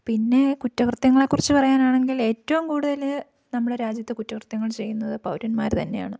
പിന്നെ കുറ്റകൃത്യങ്ങളെക്കുറിച്ച് പറയാനാണെങ്കിലേറ്റവും കൂടുതല് നമ്മുടെ രാജ്യത്ത് കുറ്റകൃത്യങ്ങൾ ചെയ്യുന്നത് പൗരന്മാര് തന്നെയാണ്